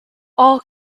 all